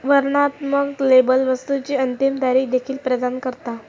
वर्णनात्मक लेबल वस्तुची अंतिम तारीख देखील प्रदान करता